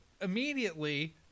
immediately